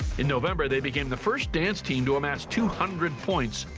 in november they became the first dance team to amass two hundred points,